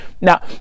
Now